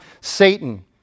Satan